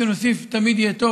כמה שנוסיף תמיד יהיה טוב,